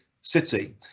city